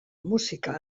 musika